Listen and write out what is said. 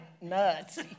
nuts